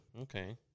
Okay